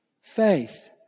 faith